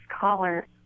caller